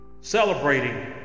Celebrating